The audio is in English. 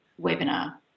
webinar